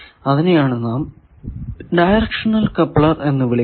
അതിനെയാണ് നാം directional coupler എന്ന് വിളിക്കുക